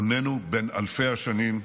עמנו בן אלפי השנים,